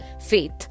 faith